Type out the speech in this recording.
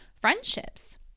friendships